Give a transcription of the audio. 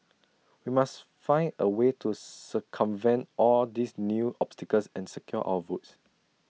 we must find A way to circumvent all these new obstacles and secure our votes